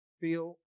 feel